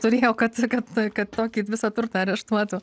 turėjo kad kad kad tokį visą turtą areštuotų